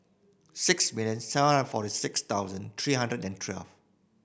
six million seven hundred forty six thousand three hundred and twelve